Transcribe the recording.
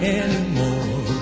anymore